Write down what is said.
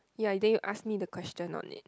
ya I think you ask me the question only